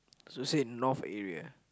so is it North area